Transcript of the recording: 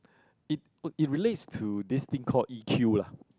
it it relates to this thing call E_Q lah